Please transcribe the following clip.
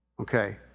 Okay